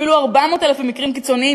אפילו 400,000 במקרים קיצוניים,